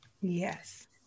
Yes